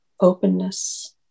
openness